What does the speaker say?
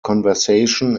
conversation